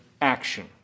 action